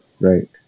Right